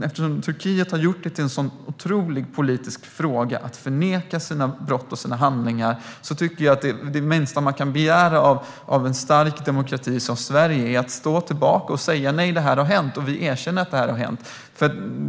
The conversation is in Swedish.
Eftersom Turkiet har gjort det till en politisk fråga att förneka sina brott och handlingar tycker jag att det minsta man kan begära av en stark demokrati som Sverige är att vi ska stå upp och säga att detta har hänt och att erkänna det.